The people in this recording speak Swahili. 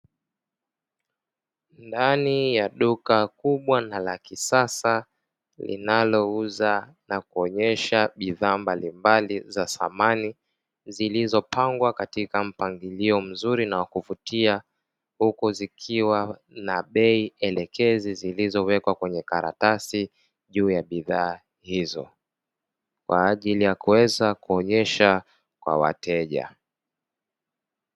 Ndani ya duka kubwa na la kisasa linalouza na kuonyesha bidhaa mbalimbali za samani zilizopangwa katika mpangilio mzuri na wakuvutia huku zikiwa na bei elekezi zilizowekwa kwenye karatasi juu ya bidhaa hizo kwaajili yakuweza kuonyesha Kwa wateja.